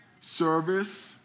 Service